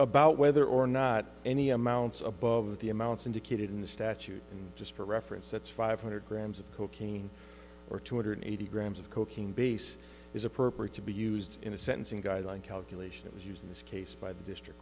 about whether or not any amounts above the amounts indicated in the statute and just for reference that's five hundred grams of cocaine or two hundred eighty grams of cocaine base is appropriate to be used in a sentencing guideline calculation it was used in this case by the district